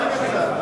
למי להציג?